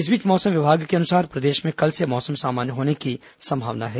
इस बीच मौसम विभाग के अनुसार प्रदेश में कल से मौसम सामान्य होने की संभावना है